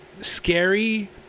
scary